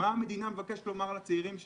מה המדינה מבקשת לומר לצעירים שלה?